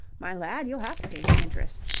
my lad, you'll have to pay me interest.